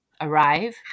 arrive